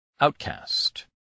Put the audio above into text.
OUTCAST